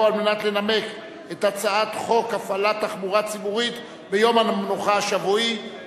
את הצעת חוק ביטוח בריאות ממלכתי (תיקון,